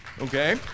Okay